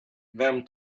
vem